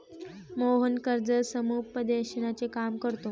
मोहन कर्ज समुपदेशनाचे काम करतो